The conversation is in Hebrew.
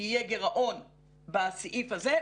יהיה גירעון בסעיף הזה,